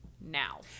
now